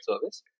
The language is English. service